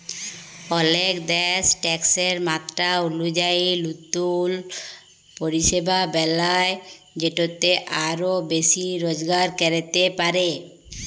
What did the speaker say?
অলেক দ্যাশ ট্যাকসের মাত্রা অলুজায়ি লতুল পরিষেবা বেলায় যেটতে আরও বেশি রজগার ক্যরতে পারে